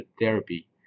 therapy